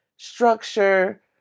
structure